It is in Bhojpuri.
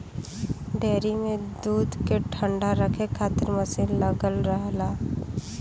डेयरी में दूध क ठण्डा रखे खातिर मसीन लगल रहला